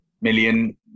million